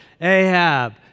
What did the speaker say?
Ahab